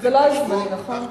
זה לא על-חשבון זמני, נכון?